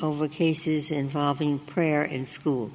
over a case involving prayer in school